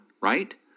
right